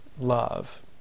love